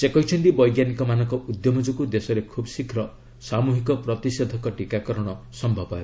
ସେ କହିଛନ୍ତି ବୈଜ୍ଞାନିକମାନଙ୍କ ଉଦ୍ୟମ ଯୋଗୁଁ ଦେଶରେ ଖୁବ୍ ଶୀଘ୍ର ସାମୁହିକ ପ୍ରତିଷେଧକ ଟିକାକରଣ ସମ୍ଭବ ହେବ